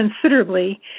considerably